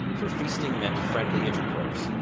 for feasting meant friendly intercourse,